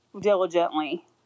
diligently